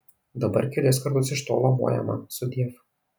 dabar kelis kartus iš tolo moja man sudiev